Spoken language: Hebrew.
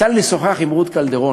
יצא לי לשוחח עם רות קלדרון,